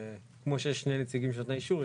כמו שיש שני נציגים של נותני אישור,